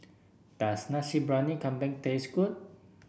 does Nasi Briyani Kambing taste good